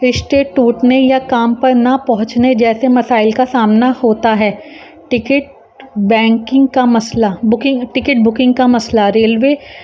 رشتے ٹوٹنے یا کام پر نہ پہنچنے جیسے مسائل کا سامنا ہوتا ہے ٹکٹ بینکنگ کا مسئلہ بکنگ ٹکٹ بکنگ کا مسئلہ ریلوے